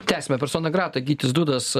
tęsiame persona grata gytis dudas